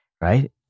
right